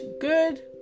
good